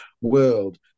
world